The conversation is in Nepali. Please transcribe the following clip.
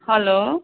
हेलो